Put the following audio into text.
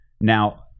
Now